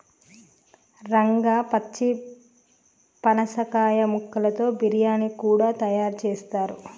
రంగా పచ్చి పనసకాయ ముక్కలతో బిర్యానీ కూడా తయారు చేస్తారు